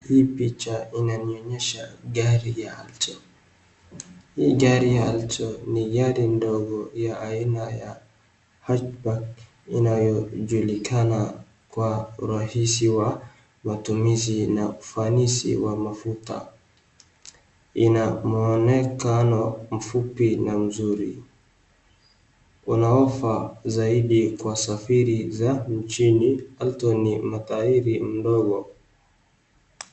Hii picha inanionyesha gari ya Alto. Hii gari ya Alto ni gari ndogo ya aina ya hashback inayojulikana kwa urahisi wa matumizi na ufanisi wa mafuta. Inamwonekano mfupi na mzuri. Inaoffer zaidi kwa safari za nchini Alto ni matairi mdogo.